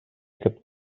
aquest